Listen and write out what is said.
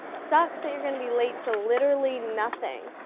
sucks that you're going to be late to literally nothing.